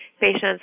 patients